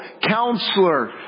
Counselor